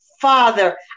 Father